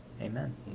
Amen